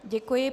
Děkuji.